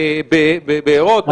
בארות.